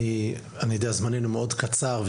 זמננו מאוד קצר,